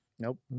Nope